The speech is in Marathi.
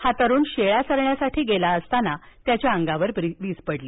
हा तरुण शेळ्या चरण्यासाठी गेला असताना त्याच्या अंगावर वीज पडली